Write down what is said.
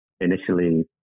initially